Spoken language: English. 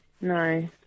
No